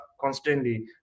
constantly